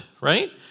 right